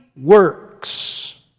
works